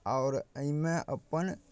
आओर एहिमे अपन